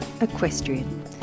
Equestrian